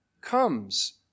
comes